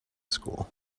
school